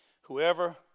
Whoever